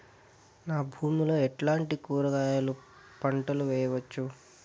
నా భూమి లో ఎట్లాంటి కూరగాయల పంటలు వేయవచ్చు?